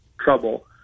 trouble